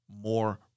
more